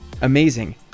amazing